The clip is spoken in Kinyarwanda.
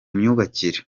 myubakire